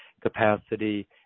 capacity